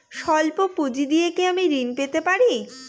সল্প পুঁজি দিয়ে কি আমি ঋণ পেতে পারি?